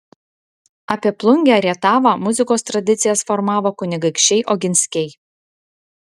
apie plungę rietavą muzikos tradicijas formavo kunigaikščiai oginskiai